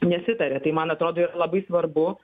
nesitaria tai man atrodo yra labai svarbu